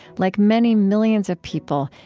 like many millions of people,